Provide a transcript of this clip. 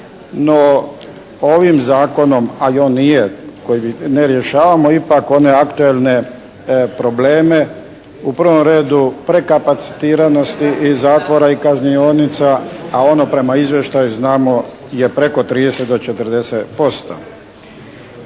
No, ovim zakonom ali on nije koji bi, ne rješavamo ipak one aktuelne probleme. U prvom redu prekapacitiranosti i zatvora i kaznionica. A ono prema izvještaju znamo je preko 30 do 40%.